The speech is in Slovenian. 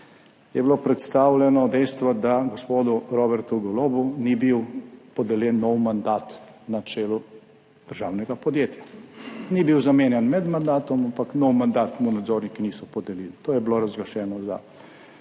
je bilo predstavljeno dejstvo, da gospodu Robertu Golobu ni bil podeljen nov mandat na čelu državnega podjetja. Ni bil zamenjan med mandatom, ampak novega mandata mu nadzorniki niso podelili. To je bilo razglašeno za,